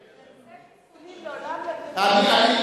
לכן חיסונים,